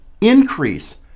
increase